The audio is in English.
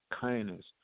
kindness